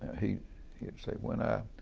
he'd he'd say, when i